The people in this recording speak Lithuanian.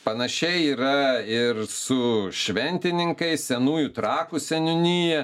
panašiai yra ir su šventininkais senųjų trakų seniūnija